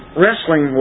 wrestling